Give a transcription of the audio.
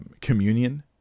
Communion